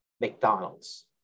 McDonald's